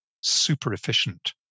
super-efficient